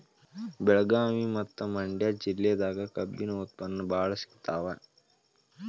ಬೆಳಗಾವಿ ಮತ್ತ ಮಂಡ್ಯಾ ಜಿಲ್ಲೆದಾಗ ಕಬ್ಬಿನ ಉತ್ಪನ್ನ ಬಾಳ ಸಿಗತಾವ